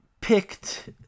picked